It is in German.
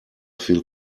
viel